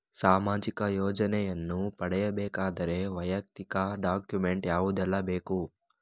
ಸಾಮಾಜಿಕ ಯೋಜನೆಯನ್ನು ಪಡೆಯಬೇಕಾದರೆ ವೈಯಕ್ತಿಕ ಡಾಕ್ಯುಮೆಂಟ್ ಯಾವುದೆಲ್ಲ ಬೇಕು?